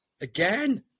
again